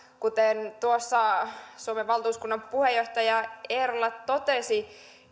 kuten tuossa suomen valtuuskunnan puheenjohtaja eerola totesi